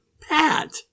Pat